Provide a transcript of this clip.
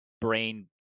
brain